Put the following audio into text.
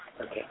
Okay